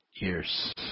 years